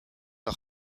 are